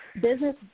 business